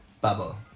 Bubble